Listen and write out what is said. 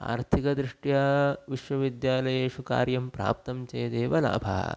आर्थिकदृष्ट्या विश्वविद्यालयेषु कार्यं प्राप्तं चेदेव लाभः